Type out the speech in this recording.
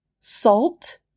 salt